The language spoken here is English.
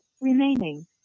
remaining